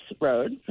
Road